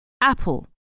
Apple